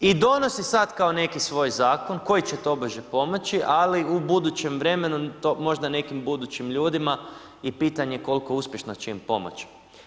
I donosi sada kao neki svoj zakon, koji će tobože pomoći, ali u budućem vremenu, možda nekim budućim ljudima i pitanje je koliko uspješno će im pomoći.